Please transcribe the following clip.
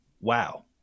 wow